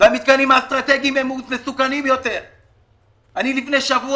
לא בדקתי את זה אבל אני מעריך שזו תמונת המצב.